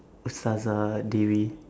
saza dewi